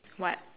what